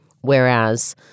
Whereas